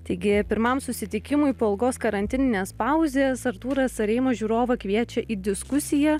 taigi pirmam susitikimui po ilgos karantininės pauzės artūras areima žiūrovą kviečia į diskusiją